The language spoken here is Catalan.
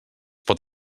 pot